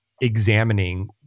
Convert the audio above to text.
examining